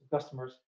customers